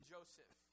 Joseph